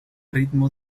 ritmo